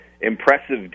impressive